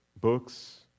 books